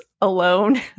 alone